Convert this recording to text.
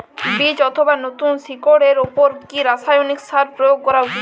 বীজ অথবা নতুন শিকড় এর উপর কি রাসায়ানিক সার প্রয়োগ করা উচিৎ?